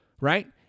right